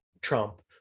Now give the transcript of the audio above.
Trump